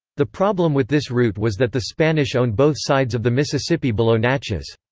the problem with this route was that the spanish owned both sides of the mississippi below natchez.